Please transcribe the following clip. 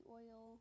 oil